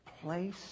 place